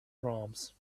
proms